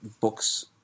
books